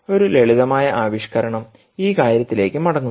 ഒരു ലളിതമായ ആവിഷ്കരണം ഈ കാര്യത്തിലേക്ക് മടങ്ങുന്നു